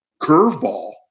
curveball